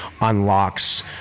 unlocks